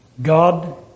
God